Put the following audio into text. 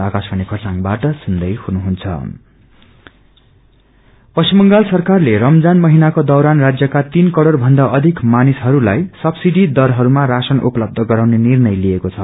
ration Paschim Bangal सरकारले रमजान महिनाको दौरान राजयका तीन करोड़ भन्दा अधिक मानिहसरू लाई सब्सिडी दरहरूमा राशन उपलब्ध गराउने निर्णय लिएक्षे छ